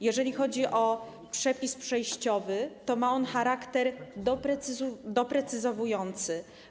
Jeżeli chodzi o przepis przejściowy, to ma on charakter doprecyzowujący.